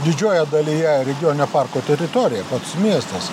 didžiojoje dalyje regioninio parko teritorija pats miestas